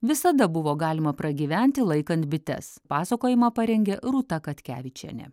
visada buvo galima pragyventi laikant bites pasakojimą parengė rūta katkevičienė